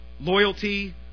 Loyalty